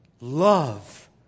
Love